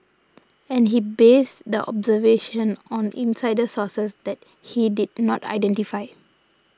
and he based the observation on insider sources that he did not identify